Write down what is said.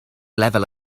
lefel